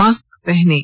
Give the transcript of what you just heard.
mask पहनें